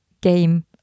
game